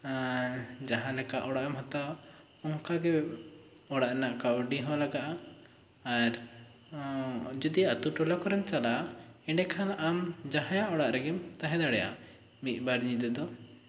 ᱟᱨ ᱡᱟᱦᱟᱸ ᱞᱮᱠᱟ ᱚᱲᱟᱜ ᱮᱢ ᱦᱟᱛᱟᱣᱟ ᱚᱱᱠᱟ ᱜᱮ ᱚᱲᱟᱜ ᱨᱮᱱᱟᱜ ᱠᱟᱹᱣᱲᱤ ᱦᱚᱸ ᱞᱟᱜᱟᱜᱼᱟ ᱟᱨ ᱡᱩᱫᱤ ᱟᱛᱳ ᱴᱚᱞᱟ ᱠᱚᱨᱮᱢ ᱪᱟᱞᱟᱜᱼᱟ ᱮᱸᱰᱮᱠᱷᱟᱱ ᱟᱢ ᱡᱟᱦᱟᱸᱭᱟᱜ ᱚᱲᱟᱜ ᱨᱮᱜᱮᱢ ᱛᱟᱦᱮᱸᱫᱟᱲᱮᱭᱟᱜᱼᱟ ᱢᱤᱫ ᱵᱟᱨ ᱧᱤᱫᱟᱹ ᱫᱚ